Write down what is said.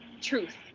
truth